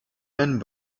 men